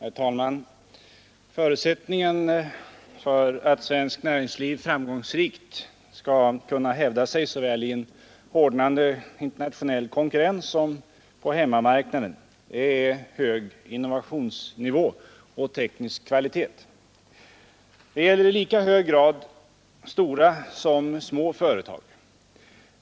Herr talman! Förutsättningen för att svenskt näringsliv framgångsrikt äl i en hårdnande internationell konkurrens som skall kunna hävda sig s på hemmamarknaden är hög innovationsnivå och teknisk kvalitet. Detta gäller i lika hög grad stora som små företag.